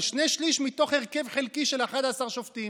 של שני שלישים מתוך הרכב חלקי של 11 שופטים.